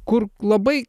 kur labai